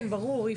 כן, ברור.